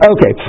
Okay